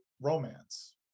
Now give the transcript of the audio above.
romance